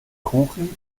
kuchen